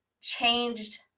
changed